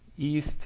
east